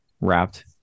wrapped